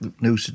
no